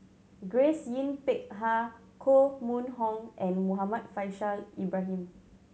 Grace Yin Peck Ha Koh Mun Hong and Muhammad Faishal Ibrahim